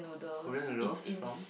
Korean noodles from